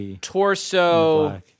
Torso